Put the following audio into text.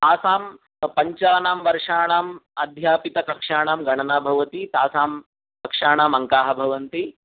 तासां पञ्चानां वर्षाणाम् अध्यापितकक्षाणां गणना भवति तासां कक्षाणामङ्काः भवन्ति